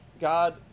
God